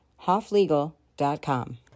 hofflegal.com